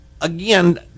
Again